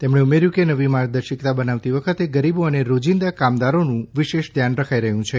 તેમણે ઉમેર્યું કે નવી માર્ગદર્શિકા બનાવતી વખતે ગરીબો અને રોજીંદા કામદારોનું વિશેષ ધ્યાન રખાઇ રહ્યું છે